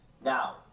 Now